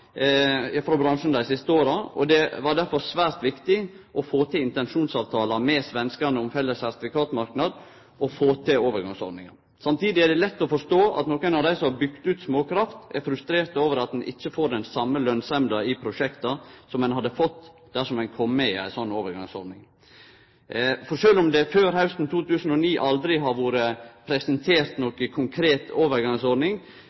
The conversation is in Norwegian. Det var difor svært viktig å få til intensjonsavtala med svenskane om ein felles sertifikatmarknad og få til overgangsordningar. Samtidig er det lett å forstå at nokre av dei som har bygt ut småkraft, er frustrerte over at ein ikkje får den same lønsemda i prosjekta som ein hadde fått dersom ein hadde kome med i ei slik overgangsordning. Sjølv om det før hausten 2009 aldri blei presentert